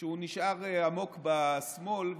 שהוא נשאר עמוק בשמאל,